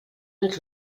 als